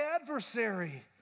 adversary